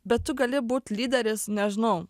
bet tu gali būt lyderis nežinau